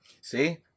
See